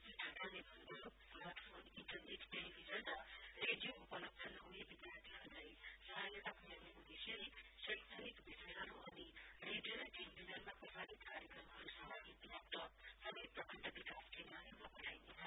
श्री ठटालले भन्नभयो smartphone internet television र रेडियो उपलब्ध नहुने विद्यार्थीहरूलाई सहायता पुर्याउने उदेश्यले शैक्षणिक विषयहरू अनि रेडियो र टेलीभजनमा प्रसारित कार्यक्रमहरू समाहित ल्याप्टप सबै प्रखण्ड विकास केन्द्रहरूमा पठाइनेछ